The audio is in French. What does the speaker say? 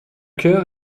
chœur